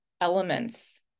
elements